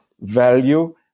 value